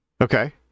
Okay